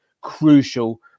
crucial